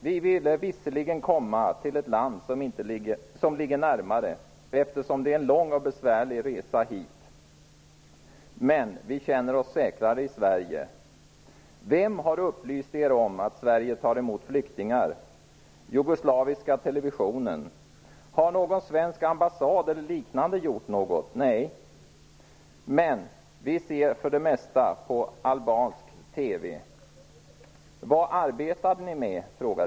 Vi ville visserligen komma till ett land som ligger närmare, eftersom det är en lång och besvärlig resa hit. Men vi känner oss säkrare i Sverige. -- Vem har upplyst er om att Sverige tar emot flyktingar? -- Har någon svensk ambassad eller liknande gjort något? -- Nej, men vi ser för det mesta på albansk TV. -- Vad arbetade ni med?